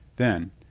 then,